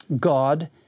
God